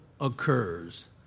occurs